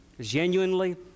Genuinely